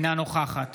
בעד